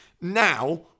now